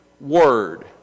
word